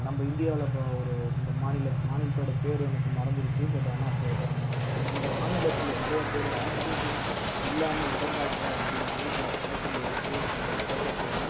நம்ம இந்தியாவில் இப்போ ஒரு இந்த மாநில மாநிலத்தோடய பேர் எனக்கு மறந்துடுச்சு பட் ஆனால் சொல்கிறேன் அந்த மாநிலத்தில் நிறைய பேர் ஆக்சிஜன் இல்லாமல் இறந்தாங்க அப்படினு நியூஸ்சில் பார்க்கும்போது கேட்கும்போது கேட்டப்பவும்